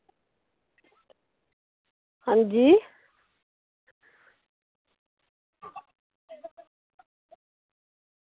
अंजी